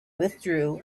withdrew